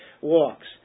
walks